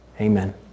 Amen